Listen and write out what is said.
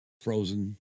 frozen